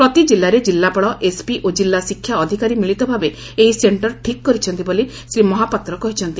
ପ୍ରତି କିଲ୍ଲାରେ କିଲ୍ଲାପାଳ ଏସ୍ପି ଓ କିଲ୍ଲା ଶିକ୍ଷା ଅଧିକାରୀ ମିଳିତ ଭାବେ ଏହି ସେକ୍କର ଠିକ୍ କରିଛନ୍ତି ବୋଲି ଶ୍ରୀ ମହାପାତ୍ର କହିଛନ୍ତି